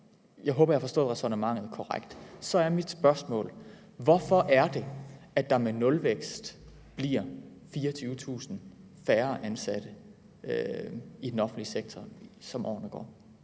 Jeg håber, jeg har forstået ræsonnementet korrekt. Så er mit spørgsmål: Hvorfor er det, at der med nulvækst bliver 24.000 færre ansatte i den offentlige sektor, som årene går?